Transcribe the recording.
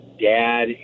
dad